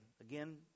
Again